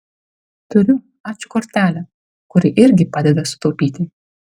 turiu ačiū kortelę kuri irgi padeda sutaupyti